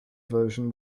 version